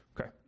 Okay